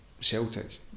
Celtic